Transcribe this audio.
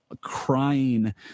crying